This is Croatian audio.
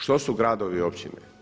Što su gradovi i općine?